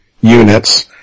units